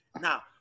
now